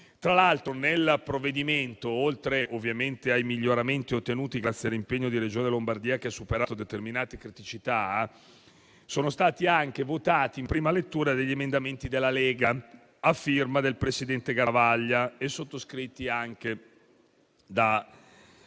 Tra l'altro, nel provvedimento, oltre ai miglioramenti ottenuti grazie all'impegno della Regione Lombardia che ha superato determinate criticità, sono stati votati in prima lettura degli emendamenti della Lega a firma del presidente Garavaglia e sottoscritti anche da